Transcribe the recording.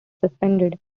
suspended